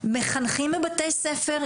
מחנכים בבתי ספר,